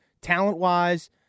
Talent-wise